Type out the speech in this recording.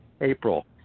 April